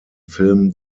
film